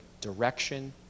direction